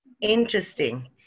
interesting